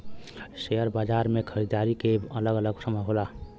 share बाजार मे खरीदारी के अलग अलग समय होला